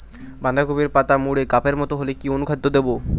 বাঁধাকপির পাতা মুড়ে কাপের মতো হলে কি অনুখাদ্য দেবো?